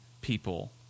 people